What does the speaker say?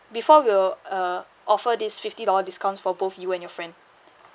before we'll uh offer this fifty dollar discount for both you and your friend